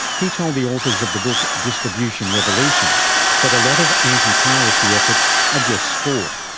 he told the authors of the book distribution revolution that a lot of anti-piracy efforts are just sport.